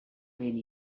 vent